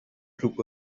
trooper